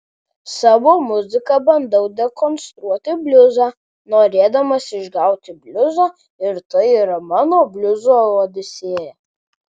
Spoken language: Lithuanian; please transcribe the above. savo muzika bandau dekonstruoti bliuzą norėdamas išgauti bliuzą ir tai yra mano bliuzo odisėja